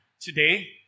today